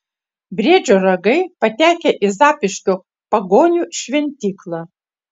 briedžio ragai patekę į zapyškio pagonių šventyklą